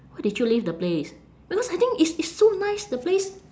why did you leave the place because I think it's it's so nice the place